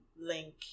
link